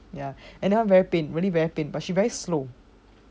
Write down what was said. ya and then her very pain really very pain but she very slow